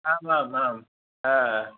आम् आम् आम् हा